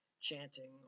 chanting